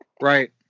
Right